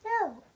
no